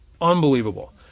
Unbelievable